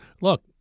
look